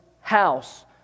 house